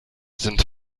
sind